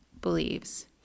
believes